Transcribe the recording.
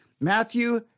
Matthew